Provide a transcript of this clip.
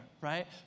right